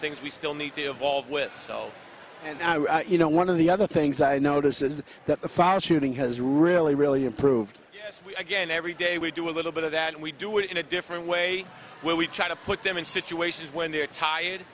things we still need to evolve with and you know one of the other things i notice is that the foul shooting has really really improved again every day we do a little bit of that and we do it in a different way where we try to put them in situations when they're tired